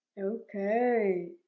Okay